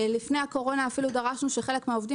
לפני הקורונה אפילו דרשנו שחלק מהעובדים